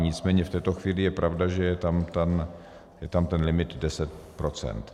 Nicméně v této chvíli je pravda, že je tam ten limit 10 procent.